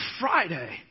friday